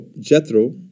Jethro